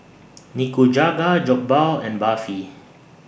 Nikujaga Jokbal and Barfi